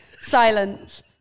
silence